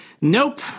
Nope